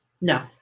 No